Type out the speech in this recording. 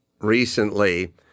recently